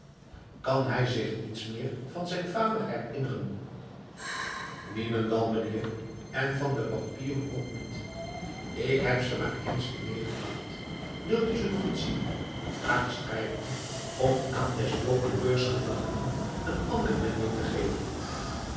kan hij zich niets meer van zijn vader herinneren niemendal meneer en van de pampieren ook niet ik heb ze maar eens weer meegebracht wil u ze nog eens zien vraagt strijkman om aan des procureurs gedachten een andere wending te geven